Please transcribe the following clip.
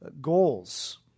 goals